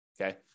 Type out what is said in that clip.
okay